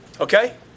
Okay